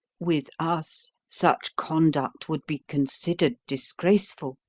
with us, such conduct would be considered disgraceful.